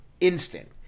instant